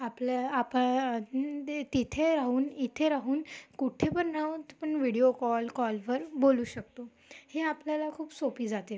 आपल्याला तिथे राहून इथे राहून कुठेपन राहून पण व्हिडिओ कॉल कॉलवर बोलू शकतो हे आपल्याला खूप सोपी जाते